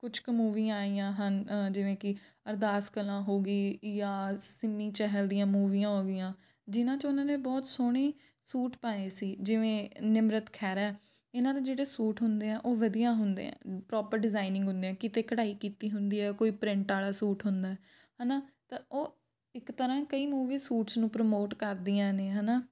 ਕੁਛ ਕ ਮੂਵੀ ਆਈਆਂ ਹਨ ਜਿਵੇਂ ਕਿ ਅਰਦਾਸ ਕਲਾ ਹੋ ਗਈ ਜਾਂ ਸਿੰਮੀ ਚਹਿਲ ਦੀਆਂ ਮੂਵੀਆਂ ਹੋ ਗਈਆਂ ਜਿਹਨਾਂ 'ਚ ਉਹਨਾਂ ਨੇ ਬਹੁਤ ਸੋਹਣੇ ਸੂਟ ਪਾਏ ਸੀ ਜਿਵੇਂ ਨਿਮਰਤ ਖਹਿਰਾ ਹੈ ਇਹਨਾਂ ਦੇ ਜਿਹੜੇ ਸੂਟ ਹੁੰਦੇ ਆ ਉਹ ਵਧੀਆ ਹੁੰਦੇ ਆ ਪ੍ਰੋਪਰ ਡਿਜ਼ਾਇਨਿੰਗ ਹੁੰਦੇ ਆ ਕਿਤੇ ਕਢਾਈ ਕੀਤੀ ਹੁੰਦੀ ਹੈ ਕੋਈ ਪ੍ਰਿੰਟ ਵਾਲਾ ਸੂਟ ਹੁੰਦਾ ਹੈ ਨਾ ਤਾਂ ਉਹ ਇੱਕ ਤਰ੍ਹਾਂ ਕਈ ਮੂਵੀ ਸੂਟਸ ਨੂੰ ਪ੍ਰਮੋਟ ਕਰਦੀਆਂ ਨੇ ਹੈ ਨਾ